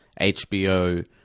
HBO